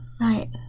right